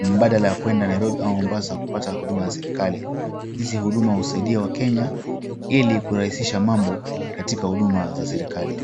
mbadala wakuenda Mombasa au Nairobi. Hizi huduma hii husaidia wakenya ili kurahisisha mambo katika huduma wa serikali.